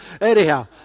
Anyhow